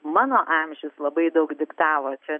mano amžius labai daug diktavo čia